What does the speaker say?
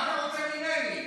מה אתה רוצה ממני?